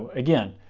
again,